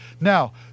Now